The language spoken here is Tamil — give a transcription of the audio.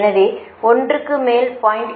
எனவே 1 க்கு மேல் 0